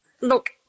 Look